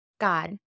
God